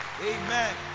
Amen